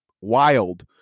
wild